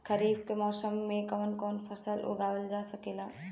खरीफ के मौसम मे कवन कवन फसल उगावल जा सकेला?